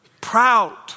Proud